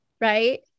right